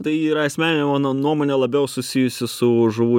tai yra asmeninė mano nuomonė labiau susijusi su žuvų